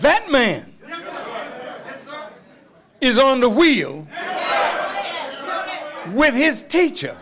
that man is on the wheel with his teacher